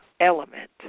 element